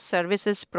Services